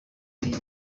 iyi